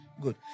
Good